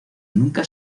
nunca